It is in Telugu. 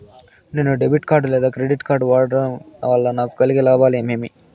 నేను డెబిట్ కార్డు లేదా క్రెడిట్ కార్డు వాడడం వల్ల నాకు కలిగే లాభాలు ఏమేమీ?